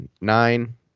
nine